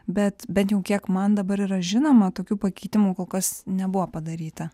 bet bent jau kiek man dabar yra žinoma tokių pakeitimų kol kas nebuvo padaryta